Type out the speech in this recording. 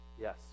Yes